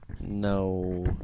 No